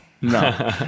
No